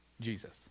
Jesus